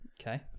Okay